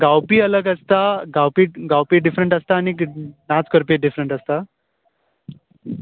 गावपी अलग आसता गावपी गावपी डिफ्ररंट आसता आनी नाच करपी डीफ्रंट आसता